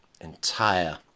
entire